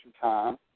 Time